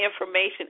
information